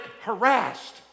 harassed